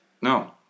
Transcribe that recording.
No